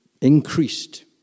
increased